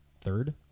Third